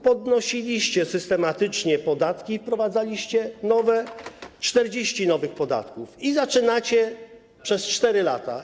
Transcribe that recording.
Podnosiliście systematycznie podatki i wprowadzaliście nowe - 40 nowych podatków przez 4 lata.